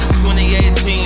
2018